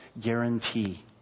guarantee